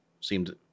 seemed